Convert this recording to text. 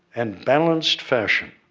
and balanced fashion,